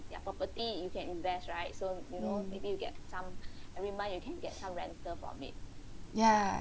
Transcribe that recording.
ya